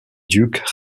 duke